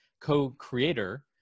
co-creator